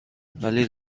ولی